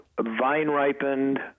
vine-ripened